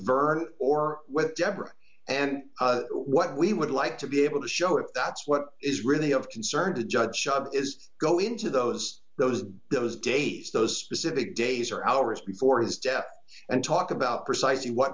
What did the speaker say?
vernon or with deborah and what we would like to be able to show if that's what is really of concern to judge is go into those those those days those specific days or hours before his death and talk about precisely what